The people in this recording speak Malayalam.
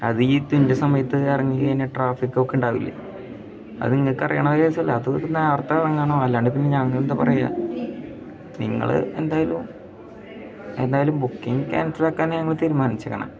അതി ഈദിൻ്റെ സമയത്ത് ഇറങ്ങിക്കഴിഞ്ഞാൽ ട്രാഫിക്കൊക്കെ ഉണ്ടാവില്ലേ അത് നിങ്ങൾക്ക് അറിയുന്ന കേസല്ലേ അത് ഇത് നേരത്തെ ഇറങ്ങണം അല്ലാണ്ടിപ്പം ഞങ്ങളെന്താ പറയുക നിങ്ങൾ എന്തായാലും എന്തായാലും ബുക്കിങ് ക്യാൻസലാക്കാനാണ് ഞങ്ങൾ തീരുമാനിച്ചിരിക്കണെ